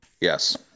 yes